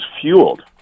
fueled